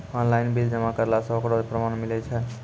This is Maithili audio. ऑनलाइन बिल जमा करला से ओकरौ परमान मिलै छै?